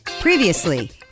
Previously